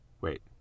Wait